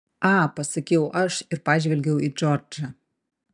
a pasakiau aš ir pažvelgiau į džordžą